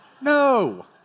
No